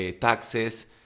taxes